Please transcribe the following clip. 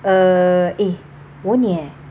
uh eh 我问你 eh